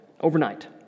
overnight